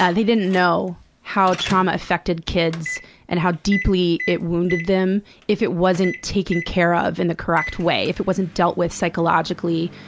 ah they didn't know how trauma affected kids and how deeply it wounded them if it wasn't taken care of in the correct way, if it wasn't dealt with psychologically,